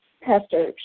Pastor